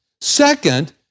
Second